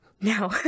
no